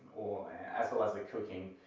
as well as the cooking,